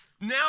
Now